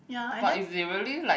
but if they really like